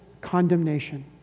condemnation